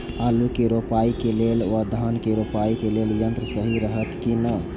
आलु के रोपाई के लेल व धान के रोपाई के लेल यन्त्र सहि रहैत कि ना?